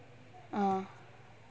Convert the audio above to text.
uh